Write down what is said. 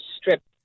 stripped